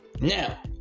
Now